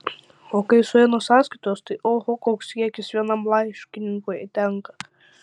o kai sueina sąskaitos tai oho koks kiekis vienam laiškininkui tenka